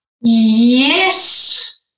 Yes